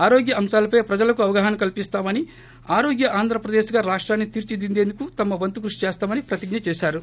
ఆరోగ్య అంశాలపై ప్రజలకు అవగాహన కల్పిస్తామని ఆరోగ్య ఆంధ్రప్రదేశ్ గా రాష్టాన్ని తీర్చిదిద్దేందుకు తమ వంతు కృషి చేస్తామని ప్రతిజ్ఞ చేసారు